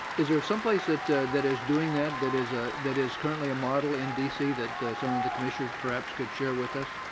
is there some place that that is doing that that is ah that is currently a model in dc that some of the commissioners perhaps could share with us?